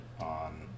on